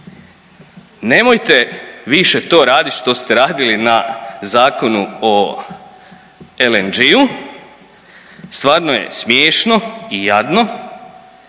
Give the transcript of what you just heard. Nemojte više to raditi što ste radili na Zakonu o LNG-u, stvarno je smiješno i jadno.